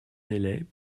naillet